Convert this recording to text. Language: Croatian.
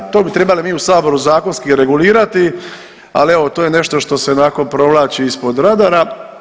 To bi trebali mi u saboru zakonski regulirati, ali evo to je nešto što se onako provlači ispod radara.